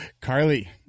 Carly